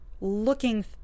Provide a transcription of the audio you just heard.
looking